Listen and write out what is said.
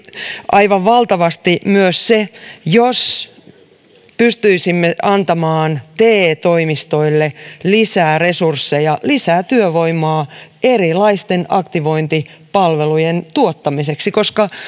aivan valtavasti myös se jos pystyisimme antamaan te toimistoille lisää resursseja lisää työvoimaa erilaisten aktivointipalvelujen tuottamiseksi koska